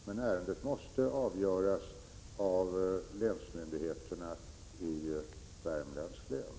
Men ärendet måste avgöras av länsmyndigheterna i Värmlands län.